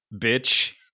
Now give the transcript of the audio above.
Bitch